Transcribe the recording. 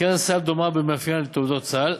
קרן סל דומה במאפייניה לתעודת סל,